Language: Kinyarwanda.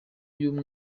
y’uyu